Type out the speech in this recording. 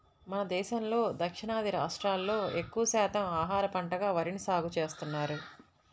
మన దేశంలో దక్షిణాది రాష్ట్రాల్లో ఎక్కువ శాతం ఆహార పంటగా వరిని సాగుచేస్తున్నారు